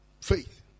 Faith